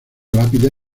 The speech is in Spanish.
lápida